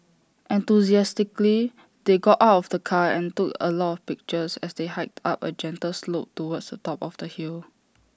enthusiastically they got out of the car and took A lot of pictures as they hiked up A gentle slope towards the top of the hill